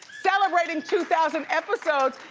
celebrating two thousand episodes,